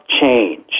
change